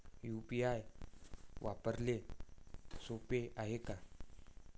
UPI वापराले सोप हाय का?